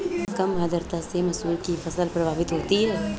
क्या कम आर्द्रता से मसूर की फसल प्रभावित होगी?